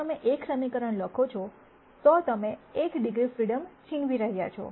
જો તમે એક સમીકરણ લખો છો તો તમે એક ડિગ્રી ફ્રીડમ છીનવી રહ્યા છો